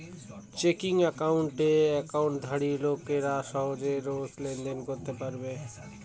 checking একাউণ্টে একাউন্টধারী লোকেরা সহজে রোজ লেনদেন করতে পারবে